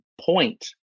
point